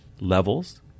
levels